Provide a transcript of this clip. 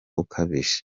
ukabije